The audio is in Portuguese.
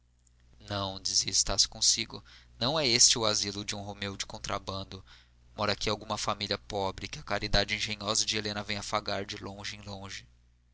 dizia estácio consigo não é este o asilo de um romeu de contrabando mora aqui alguma família pobre que a caridade engenhosa de helena vem afagar de longe em longe